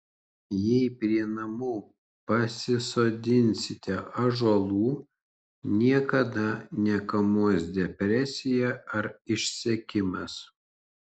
jei prie namų pasisodinsite ąžuolų niekada nekamuos depresija ar išsekimas